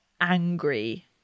angry